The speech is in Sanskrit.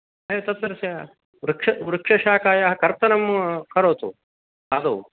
हे तत्रस्य वृक्ष वृक्षशाखायाः कर्तनं करोतु आदौ